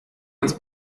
ans